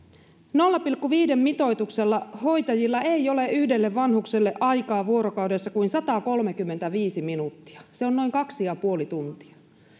nolla pilkku viiden mitoituksella hoitajilla ei ole yhdelle vanhukselle aikaa vuorokaudessa kuin satakolmekymmentäviisi minuuttia se on noin kaksi ja puoli tuntia